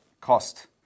cost